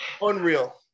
Unreal